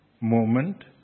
moment